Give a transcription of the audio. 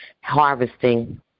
harvesting